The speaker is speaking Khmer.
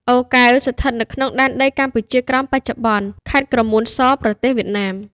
អូរកែវ ស្ថិតនៅក្នុងដែនដីកម្ពុជាក្រោមបច្ចុប្បន្ន ខេត្តក្រមួនស ប្រទេសវៀតណាម។